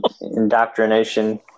indoctrination